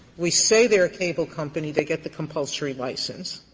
we say they're a capable company, they get the compulsory license.